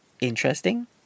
interesting